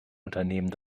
unternehmen